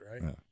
right